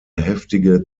heftige